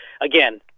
again